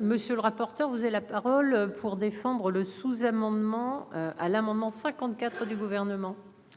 Monsieur le rapporteur. Vous avez la parole pour défendre le sous-amendements à l'amendement 54 du gouvernement.